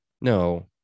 No